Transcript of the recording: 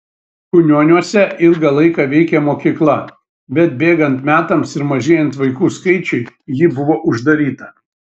kunioniuose ilgą laiką veikė mokykla bet bėgant metams ir mažėjant vaikų skaičiui ji buvo uždaryta